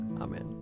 Amen